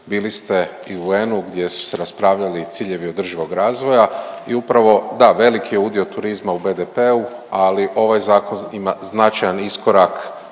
bili ste i u UN-u gdje su se raspravljali ciljevi održivog razvoja i upravo da, veliki je udio turizma u BDP-u, ali ovaj zakon ima značajan iskorak